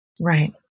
Right